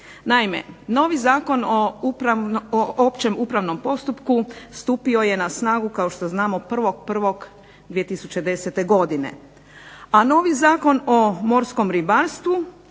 Naime, novi Zakon o općem upravnom postupku stupio je na snagu kao što znamo 1.1.2010. godine, a novi Zakon o morskom ribarstvu